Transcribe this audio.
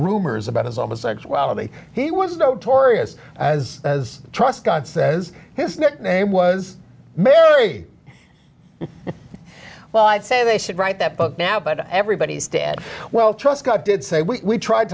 rumors about his own sexuality he was notorious as as trust god says his nickname was married well i'd say they should write that book now but everybody's dead well trust god did say we tried